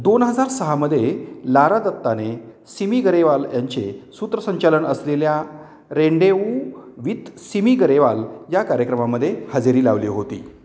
दोन हजार सहामध्ये लारा दत्ताने सिमी गरेवाल यांचे सूत्रसंचालन असलेल्या रेंडेवू विथ सिमी गरेवाल या कार्यक्रमामध्ये हजेरी लावली होती